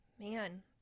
man